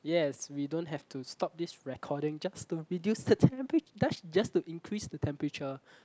yes we don't have to stop this recording just to reduce the temperature that's just to increase the temperature